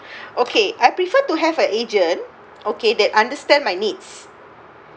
okay I prefer to have an agent okay that understand my needs